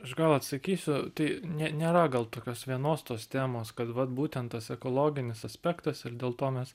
aš gal atsakysiu tai ne nėra gal tokios vienos tos temos kad vat būtent tas ekologinis aspektas ir dėl to mes